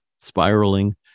spiraling